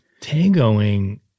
tangoing